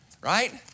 right